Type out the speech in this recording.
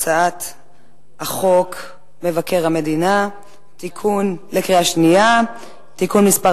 הצעת חוק מבקר המדינה (תיקון מס'